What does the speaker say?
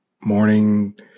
morning